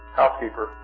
housekeeper